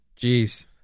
Jeez